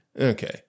Okay